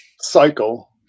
cycle